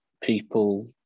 people